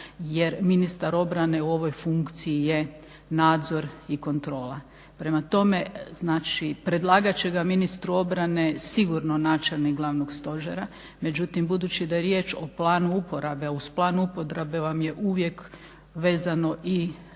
jer ministar obarane u ovoj funkciji je nadzor i kontrola. Prema tome, predlagat će ga ministru obrane sigurno načelnih glavnog stožera međutim budući da je riječ o planu uporabe, a uz plan uporabe vam je uvijek vezano i